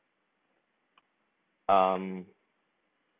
um